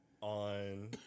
On